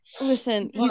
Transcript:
Listen